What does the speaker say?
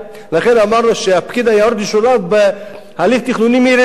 לכן אמרנו שפקיד היערות ישולב בהליך התכנוני מראשיתו.